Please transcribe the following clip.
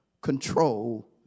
control